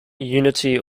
unity